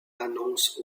annonce